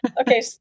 Okay